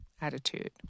attitude